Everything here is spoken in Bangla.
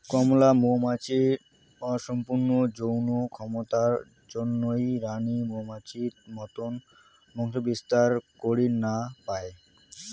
কামলা মৌমাছির অসম্পূর্ণ যৌন ক্ষমতার জইন্যে রাণী মৌমাছির মতন বংশবিস্তার করির না পায়